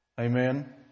Amen